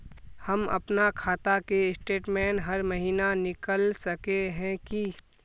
हम अपना खाता के स्टेटमेंट हर महीना निकल सके है की?